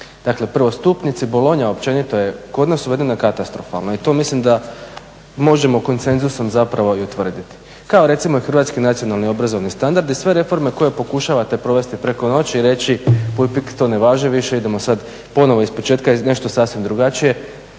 Dakle prvostupnici, Bologna općenito je kod nas uvedena katastrofalno i to mislim da možemo konsenzusom zapravo i utvrditi. Kao recimo i Hrvatski nacionalni obrazovni standard i sve reforme koje pokušavate provesti preko noći i reći puj-pik to ne važi više idemo sad ponovno ispočetka nešto sasvim drugačije